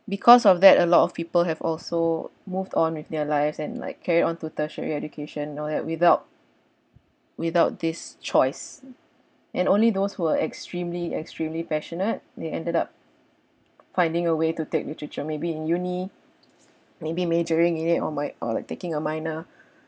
because of that a lot of people have also moved on with their lives and like carried on to tertiary education nor yet without without this choice and only those who are extremely extremely passionate they ended up finding a way to take literature maybe in uni maybe majoring in it or might or like taking a minor